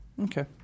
Okay